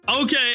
Okay